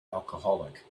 alcoholic